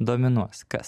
dominuos kas